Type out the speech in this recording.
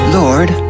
lord